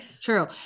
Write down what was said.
true